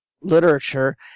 literature